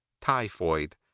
typhoid